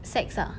sex ah